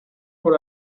por